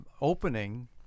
opening